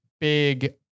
big